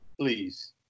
Please